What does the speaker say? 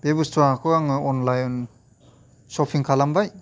बे बुस्थुवाखौ आङो अनलाइन सपिं खालामबाय